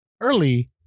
early